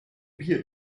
beer